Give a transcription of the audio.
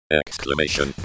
exclamation